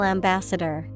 Ambassador